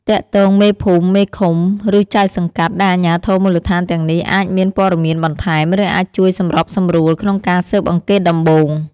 ទាក់ទងមេភូមិ មេឃុំ ឬ ចៅសង្កាត់ ដែលអាជ្ញាធរមូលដ្ឋានទាំងនេះអាចមានព័ត៌មានបន្ថែម ឬអាចជួយសម្របសម្រួលក្នុងការស៊ើបអង្កេតដំបូង។